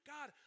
God